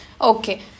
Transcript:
Okay